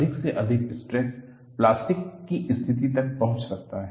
अधिक से अधिक स्ट्रेस प्लास्टिक की स्थिति तक पहुंच सकता है